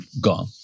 gone